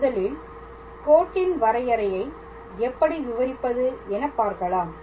முதலில் கோட்டின் வரையறையை எப்படி விவரிப்பது என பார்க்கலாம்